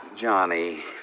Johnny